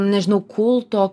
nežinau kulto